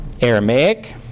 Aramaic